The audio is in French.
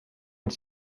ils